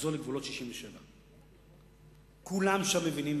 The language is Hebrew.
לחזור לגבולות 67'. כולם שם מבינים,